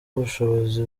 ubushobozi